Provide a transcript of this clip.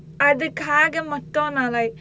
அதுக்காக மட்டும் நா:athukkaka mattum naa like